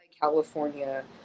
California